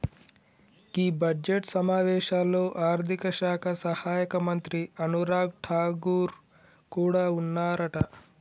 గీ budget సమావేశాల్లో ఆర్థిక శాఖ సహాయక మంత్రి అనురాగ్ ఠాగూర్ కూడా ఉన్నారట